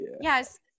Yes